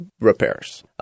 repairs